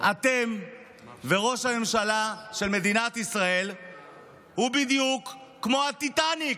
אתם וראש הממשלה של מדינת ישראל זה בדיוק כמו הטיטניק.